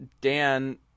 Dan